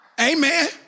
Amen